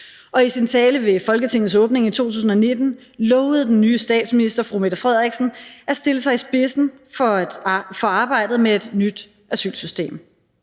i sin tale ved Folketingets åbning i 2019 lovede den nye statsminister at stille sig i spidsen for arbejdet med et nyt asylsystem.